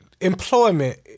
employment